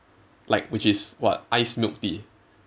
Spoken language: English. like which is what ice milk tea